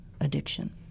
addiction